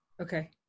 Okay